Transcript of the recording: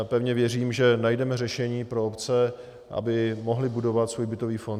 Pevně věřím, že najdeme řešení pro obce, aby mohly budovat svůj bytový fond.